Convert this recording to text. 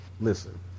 listen